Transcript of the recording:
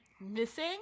missing